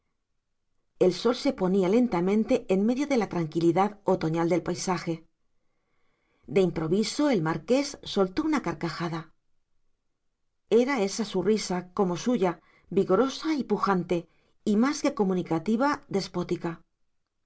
el sol se ponía lentamente en medio de la tranquilidad otoñal del paisaje de improviso el marqués soltó una carcajada era su risa como suya vigorosa y pujante y más que comunicativa despótica